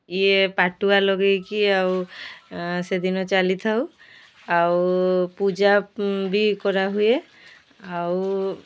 ଇଏ ପାଟୁଆ ଲଗେଇକି ଆଉ ସେଦିନ ଚାଲିଥାଉ ଆଉ ପୂଜା ବି କରାହୁଏ ଆଉ